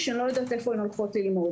אני לא יודעת איפה הן הולכות ללמוד.